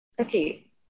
Okay